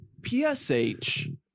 PSH